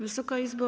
Wysoka Izbo!